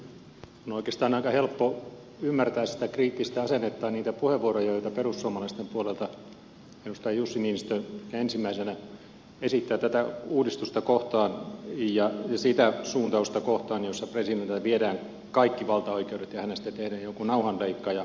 on oikeastaan aika helppo ymmärtää sitä kriittistä asennetta ja niitä puheenvuoroja joita perussuomalaisten puolelta esitetään edustaja jussi niinistö ehkä ensimmäisenä tätä uudistusta kohtaan ja sitä suuntausta kohtaan jossa presidentiltä viedään kaikki valtaoikeudet ja hänestä tehdään joku nauhanleikkaaja